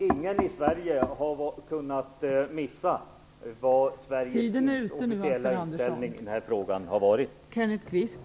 Ingen i Sverige har kunnat missa vad Sveriges officiella inställning i den här frågan har varit.